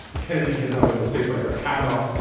kennedy has not been replaced by brett kavanaugh.